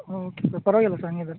okay sir ಪರವಾಗಿಲ್ಲ sir ಹಾಗಿದ್ರೆ